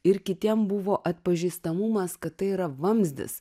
ir kitiem buvo atpažįstamumas kad tai yra vamzdis